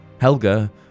Helga